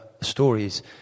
stories